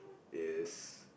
is